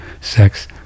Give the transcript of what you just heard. sex